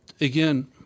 again